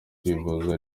kwivuza